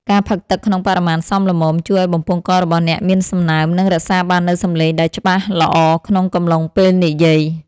ការផឹកទឹកក្នុងបរិមាណសមល្មម ជួយឱ្យបំពង់ករបស់អ្នកមានសំណើម និងរក្សាបាននូវសំឡេងដែលច្បាស់ល្អក្នុងកំឡុងពេលនិយាយ។